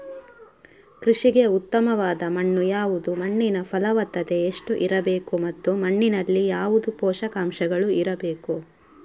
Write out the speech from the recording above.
ಕೃಷಿಗೆ ಉತ್ತಮವಾದ ಮಣ್ಣು ಯಾವುದು, ಮಣ್ಣಿನ ಫಲವತ್ತತೆ ಎಷ್ಟು ಇರಬೇಕು ಮತ್ತು ಮಣ್ಣಿನಲ್ಲಿ ಯಾವುದು ಪೋಷಕಾಂಶಗಳು ಇರಬೇಕು?